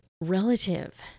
relative